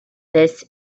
this